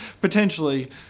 potentially